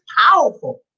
powerful